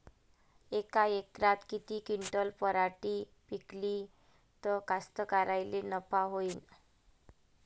यका एकरात किती क्विंटल पराटी पिकली त कास्तकाराइले नफा होईन?